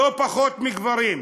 לא פחות מגברים,